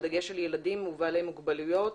בדגש על ילדים ובעלי מוגבלויות.